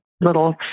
little